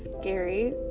scary